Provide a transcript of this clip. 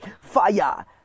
fire